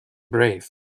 brave